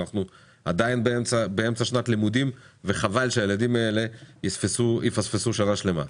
אנחנו עדיין באמצע שנת לימודים וחבל שהילדים האלה יפספסו שנה שלמה.